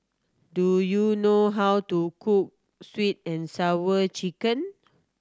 do you know how to cook Sweet And Sour Chicken